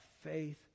faith